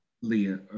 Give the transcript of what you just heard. Leah